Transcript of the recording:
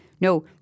No